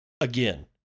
Again